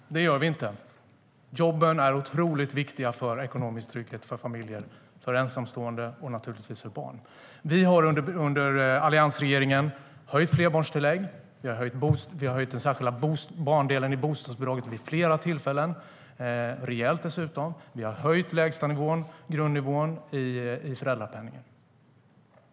Herr talman! Det gör vi inte. Jobben är otroligt viktiga för ekonomisk trygghet för familjer, för ensamstående och naturligtvis för barn. Vi har under alliansregeringen höjt flerbarnstillägget, höjt den särskilda barndelen i bostadsbidraget vid flera tillfällen, dessutom rejält, och höjt grundnivån i föräldrapenningen.